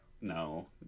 no